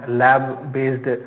lab-based